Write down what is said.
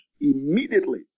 immediately